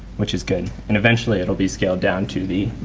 which is good. and eventually it'll be scaled down to the